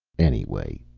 anyway,